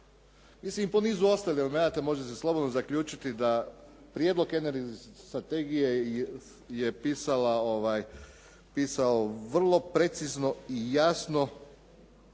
Mislim, i po nizu ostalih elemenata može se slobodno zaključiti da prijedlog energetske strategije je pisao vrlo precizno i jasno